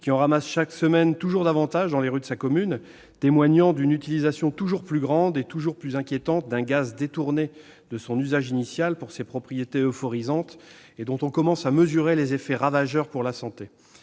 en effet chaque semaine toujours davantage dans les rues de ma commune, ce qui témoigne de l'utilisation toujours plus importante et toujours plus inquiétante d'un gaz détourné de son usage initial pour ses propriétés euphorisantes et dont on commence à mesurer les effets ravageurs sur la santé.